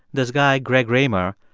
this guy greg raymer,